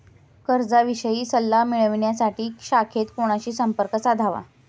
कर्जाविषयी सल्ला मिळवण्यासाठी शाखेत कोणाशी संपर्क साधावा?